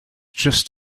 just